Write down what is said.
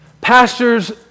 Pastors